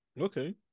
okay